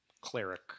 cleric